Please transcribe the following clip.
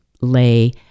lay